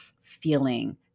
feeling